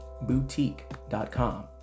boutique.com